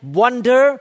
wonder